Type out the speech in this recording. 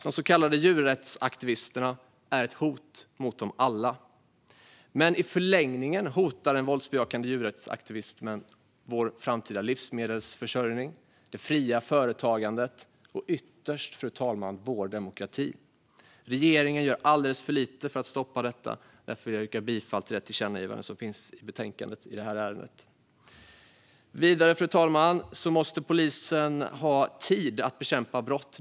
De så kallade djurrättsaktivisterna är ett hot mot dem alla, men i förlängningen hotar den våldsbejakande djurrättsaktivismen vår framtida livsmedelsförsörjning och det fria företagandet - och ytterst, fru talman, vår demokrati. Regeringen gör alldeles för lite för att stoppa detta, och därför yrkar jag bifall till det förslag till tillkännagivande i det här ärendet som finns i betänkandet. Fru talman! Vidare måste polisen ha tid att bekämpa brott.